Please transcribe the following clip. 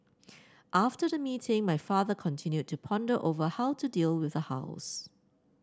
after the meeting my father continued to ponder over how to deal with the house